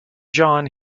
jon